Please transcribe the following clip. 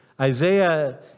Isaiah